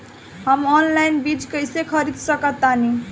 हम ऑनलाइन बीज कईसे खरीद सकतानी?